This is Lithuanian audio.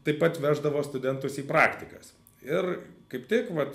taip pat veždavo studentus į praktikas ir kaip tik vat